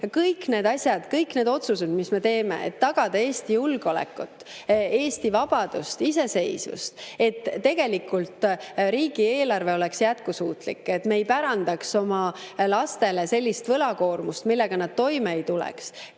Kõik need asjad, kõik need otsused, mis me teeme – Eesti julgeoleku, vabaduse ja iseseisvuse tagamine, riigieelarve jätkusuutlikkus, et me ei pärandaks oma lastele sellist võlakoormust, millega nad toime ei tuleks